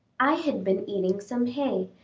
i had been eating some hay,